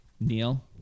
Neil